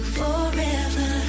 forever